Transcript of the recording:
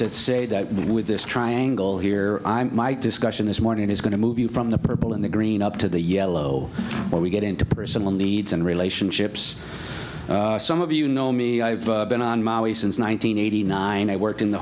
to say that with this triangle here my discussion this morning is going to move you from the purple and the green up to the yellow when we get into personal needs and relationships some of you know me i've been on my way since one nine hundred eighty nine i worked in the